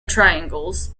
triangles